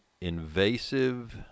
invasive